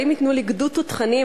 אבל אם ייתנו לי גדוד תותחנים,